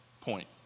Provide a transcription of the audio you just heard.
point